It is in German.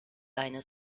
eine